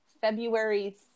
February